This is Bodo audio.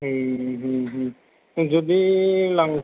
जुदि लां